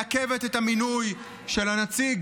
היא מעכבת את המינוי של נציג